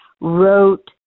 wrote